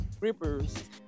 Rippers